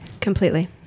Completely